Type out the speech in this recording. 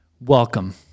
Welcome